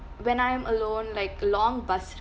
when I'm alone like long bus